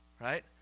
Right